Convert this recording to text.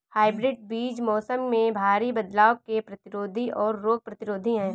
hybrid बीज मौसम में भारी बदलाव के प्रतिरोधी और रोग प्रतिरोधी हैं